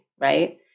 right